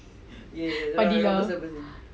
padilla